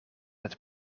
het